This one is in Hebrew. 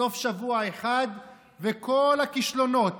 סוף שבוע אחד, וכל הכישלונות,